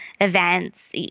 events